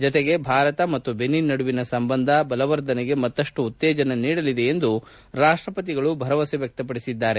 ಜತೆಗೆ ಭಾರತ ಮತ್ತು ಬೆನಿನ್ ನಡುವಿನ ಸಂಬಂಧ ಬಲವರ್ಧನೆಗೆ ಮತ್ತಷ್ಟು ಉತ್ತೇಜನ ನೀಡಲಿದೆ ಎಂದು ಭರವಸೆ ವ್ಯಕ್ತಪಡಿಸಿದ್ದಾರೆ